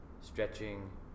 stretching